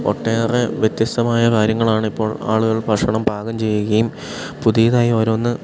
ഒട്ടേറെ വ്യത്യസ്തമായ കാര്യങ്ങളാണിപ്പോൾ ആളുകൾ ഭക്ഷണം പാകം ചെയ്യുകയും പുതിയതായി ഓരോന്ന്